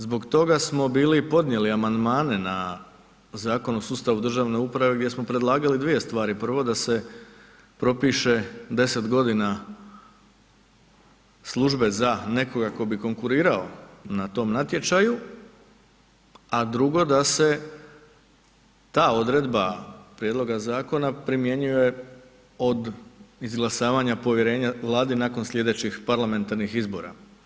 Zbog toga smo bili i podnijeli amandmane na Zakon o sustavu državne uprave gdje smo predlagali dvije stvari, prvo da se propiše 10 godina službe za nekoga tko bi konkurirao na tom natječaju a drugo da se ta odredba prijedloga zakona primjenjuje od izglasavanja povjerenja Vladi nakon sljedećih parlamentarnih izbora.